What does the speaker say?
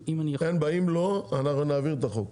אם לא, אנחנו נעביר את החוק.